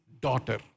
daughter